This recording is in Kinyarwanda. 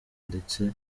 ndetse